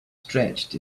stretched